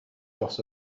dros